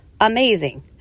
amazing